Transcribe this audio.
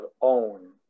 own